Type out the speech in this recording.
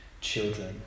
children